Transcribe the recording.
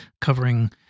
covering